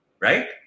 Right